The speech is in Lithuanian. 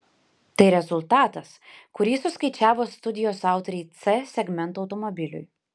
tai rezultatas kurį suskaičiavo studijos autoriai c segmento automobiliui